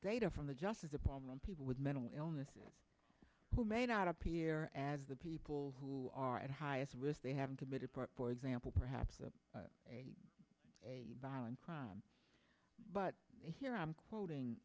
data from the justice department people with mental illnesses who may not appear as the people who are at highest risk they haven't committed for example perhaps the a violent crime but here i'm quoting